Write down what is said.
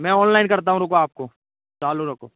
मैं ओनलाइन करता हूँ रुको आपको चालू रखो